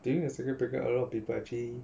during the circuit breaker a lot of people actually